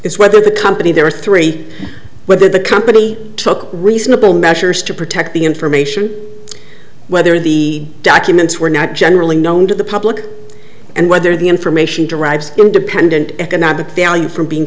it's whether the company there are three whether the company took reasonable measures to protect the information whether the documents were not generally known to the public and whether the information derives independent economic value from being